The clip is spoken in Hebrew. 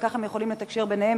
וכך הם יכולים לתקשר ביניהם